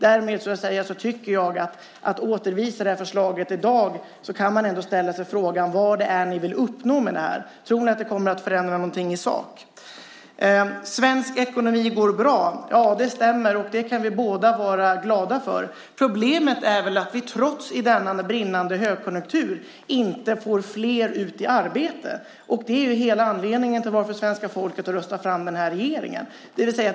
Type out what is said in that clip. Därmed tycker jag att om ni vill återförvisa förslaget i dag så kan man ställa sig frågan: Vad är det ni vill uppnå med det? Tror ni att det kommer att förändra någonting i sak? Svensk ekonomi går bra. Det stämmer, och det kan vi båda vara glada för. Problemet är att vi trots denna brinnande högkonjunktur inte får flera ut i arbete. Det är hela anledningen till att svenska folket har röstat fram den här regeringen.